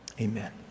amen